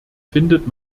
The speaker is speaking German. findet